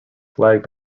flag